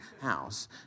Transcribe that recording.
house